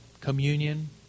communion